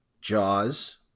Jaws